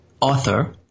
author